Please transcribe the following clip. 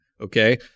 okay